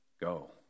go